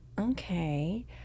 okay